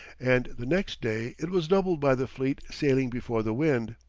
and the next day it was doubled by the fleet sailing before the wind.